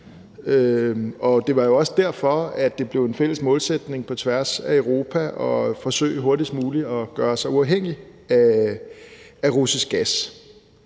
Det var også derfor, at det blev en fælles målsætning på tværs af Europa at forsøge hurtigst muligt at gøre sig uafhængig af russisk gas.